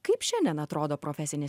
kaip šiandien atrodo profesinis